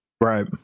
Right